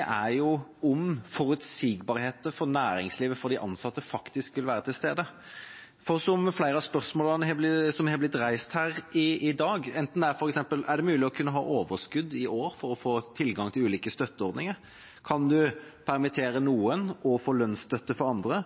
er om forutsigbarheten for næringslivet og for de ansatte faktisk vil være til stede. For flere av spørsmålene som har blitt reist i dag, er: Er det mulig å kunne ha overskudd i år for å få tilgang til ulike støtteordninger? Kan en permittere noen og få lønnsstøtte for andre?